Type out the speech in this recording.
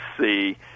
see